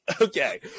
okay